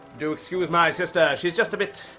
do excuse my sister, she's just a bit.